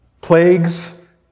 Plagues